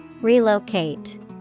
Relocate